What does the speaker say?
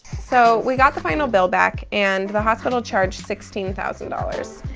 so we got the final bill back and the hospital charged sixteen thousand dollars.